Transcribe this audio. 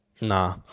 Nah